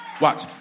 Watch